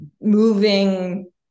moving